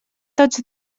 tots